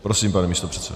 Prosím, pane místopředsedo.